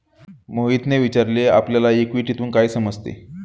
मोहितने विचारले आपल्याला इक्विटीतून काय समजते?